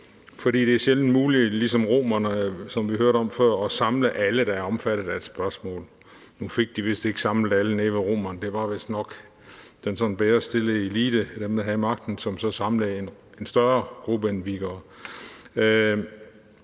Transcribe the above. for som vi hørte det før om romerne, er det sjældent muligt at samle alle, der er omfattet, om et spørgsmål. Nu fik de vist ikke samlet alle nede ved romerne, det var vist nok den sådan bedrestillede elite, dem, der havde magten, og som så samlede en større gruppe, end vi